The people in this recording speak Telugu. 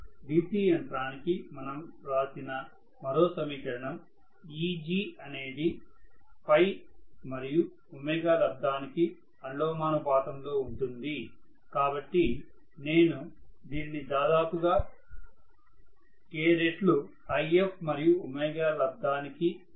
DC యంత్రానికి మనం రాసిన మరో సమీకరణం Eg అనేది Φ మరియు ω లబ్దానికి అనులోమానుపాతం లో ఉంటుంది కాబట్టి నేను దీన్ని దాదాపుగా K రెట్లు If మరియు ω లబ్దానికి సమానంగా రాయగగలను